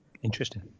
Interesting